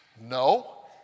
no